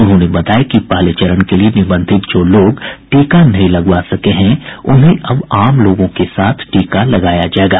उन्होंने बताया कि पहले चरण के लिये निबंधित जो लोग टीका नहीं लगवा सके हैं उन्हें अब आम लोगों के साथ टीका लगाया जाएगा